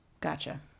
Gotcha